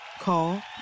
Call